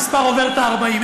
המספר עובר את ה-40.